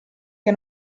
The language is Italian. che